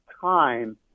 time